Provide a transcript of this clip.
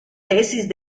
tesis